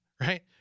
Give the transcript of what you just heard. right